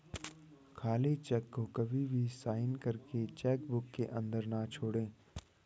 खाली चेक को कभी भी साइन करके चेक बुक के अंदर न छोड़े